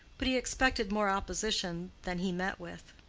but he expected more opposition than he met with.